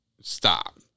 Stop